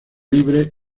libre